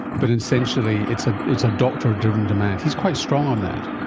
but essentially it's ah it's a doctor-driven demand. he is quite strong on that.